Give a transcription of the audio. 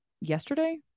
yesterday